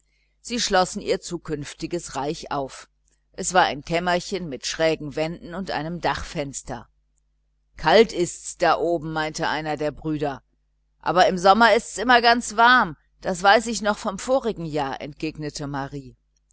sie schlossen ihr künftiges revier auf es war ein kleines kämmerchen mit schrägen wänden und einem dachfenster kalt ist's da oben meinte einer der brüder aber im sommer ist's immer ganz warm das weiß ich noch vom vorigen jahr entgegnete marie